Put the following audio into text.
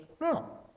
no